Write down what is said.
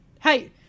hey